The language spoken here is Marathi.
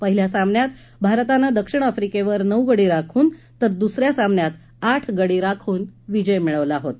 पहिल्या सामन्यात भारतानं दक्षिण आफ्रिकेवर नऊ गडी राखून तर दुसऱ्या सामन्यात आठ गडी राखून विजय मिळवला होता